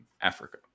Africa